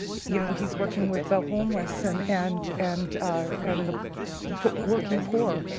you know, he's working with the homeless and and and and the but working poor,